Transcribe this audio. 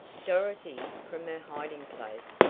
dorothy, from her hiding place,